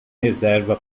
reserva